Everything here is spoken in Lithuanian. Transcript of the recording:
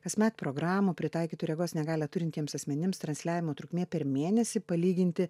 kasmet programų pritaikytų regos negalią turintiems asmenims transliavimo trukmė per mėnesį palyginti